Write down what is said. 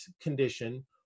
condition